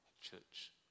church